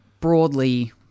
broadly